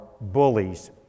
bullies